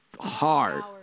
hard